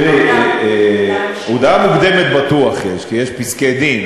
תראי, הודעה מוקדמת בטוח יש, כי יש פסקי-דין.